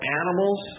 animals